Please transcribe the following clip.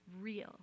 real